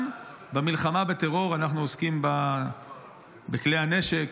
גם במלחמה בטרור אנחנו עוסקים בכלי הנשק,